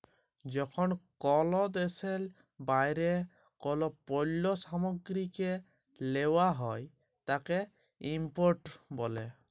যখন কল দ্যাশের বাইরে কল পল্য সামগ্রীকে লেওয়া হ্যয় তাকে ইম্পোর্ট ব্যলে